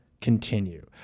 continue